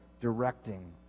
directing